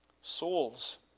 Souls